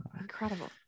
incredible